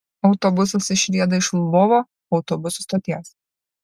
autobusas išrieda iš lvovo autobusų stoties